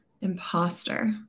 Imposter